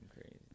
crazy